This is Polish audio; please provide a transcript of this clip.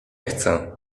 chcę